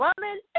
woman